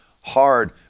hard